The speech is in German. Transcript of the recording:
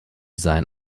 sein